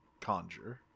conjure